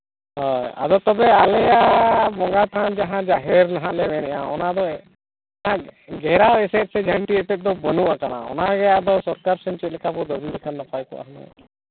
ᱦᱳᱭ ᱟᱫᱚ ᱛᱚᱵᱮ ᱟᱞᱮᱭᱟᱜ ᱵᱚᱸᱜᱟ ᱛᱷᱟᱱ ᱡᱟᱦᱟᱸ ᱡᱟᱦᱮᱨ ᱦᱟᱸᱜ ᱠᱚ ᱢᱮᱱᱮᱫᱼᱟ ᱚᱱᱟᱨᱮ ᱰᱮᱨᱟ ᱮᱴᱮᱫ ᱥᱮ ᱡᱷᱟᱹᱱᱴᱤ ᱮᱴᱮᱫ ᱫᱚ ᱵᱟᱹᱱᱩᱜ ᱟᱠᱟᱱᱟ ᱚᱱᱟᱜᱮ ᱟᱫᱚ ᱥᱚᱨᱠᱟᱨ ᱥᱮᱱ ᱪᱮᱫᱞᱮᱠᱟ ᱵᱚ ᱫᱟᱵᱤ ᱞᱮᱠᱷᱟᱱ ᱱᱟᱯᱟᱭ ᱠᱚᱜᱼᱟ ᱦᱩᱱᱟᱹᱝ